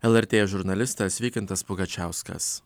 lrt žurnalistas vykintas pugačiauskas